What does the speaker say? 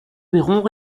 verrons